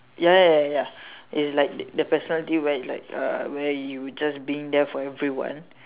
ya ya ya ya ya it's like the personality where like uh where you just being there for everyone